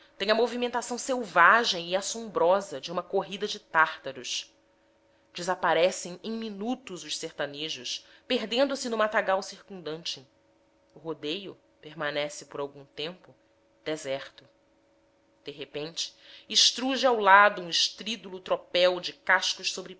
tem a movimentação selvagem e assombrosa de uma corrida de tártaros desaparecem em minutos os sertanejos perdendo se no matagal circundante o rodeio permanece por algum tempo deserto de repente estruge ao lado um estrídulo tropel de cascos sobre